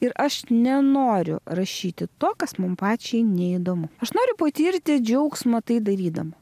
ir aš nenoriu rašyti to kas man pačiai neįdomu aš noriu patirti džiaugsmą tai darydama